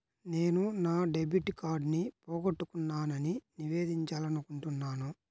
నేను నా డెబిట్ కార్డ్ని పోగొట్టుకున్నాని నివేదించాలనుకుంటున్నాను